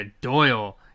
Doyle